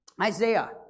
Isaiah